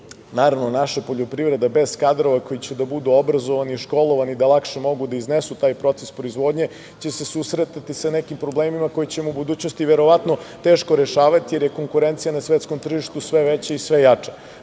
naša poljoprivreda, bez kadrova koji će da budu obrazovani i školovani da lakše mogu da iznesu taj proces proizvodnje, će se susretati sa nekim problemima koje ćemo u budućnosti verovatno teško rešavati, jer je konkurencija na svetskom tržištu sve veća i sve jača.